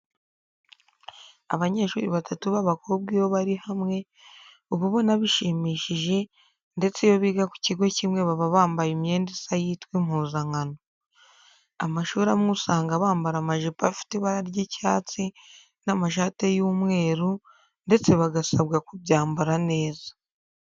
Abanyeshuri batatu b'abakobwa iyo bari hamwe uba ubona bishimishije ndetse iyo biga ku kigo kimwe baba bambaye imyenda isa yitwa impuzankano. Amashuri amwe usanga bambara amajipo afite ibara ry'icyatsi n'amashati y'umweru ndetse bagasabwa kubyambara neza.